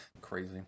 Crazy